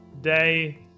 day